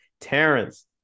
Terrence